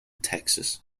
texas